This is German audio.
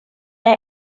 der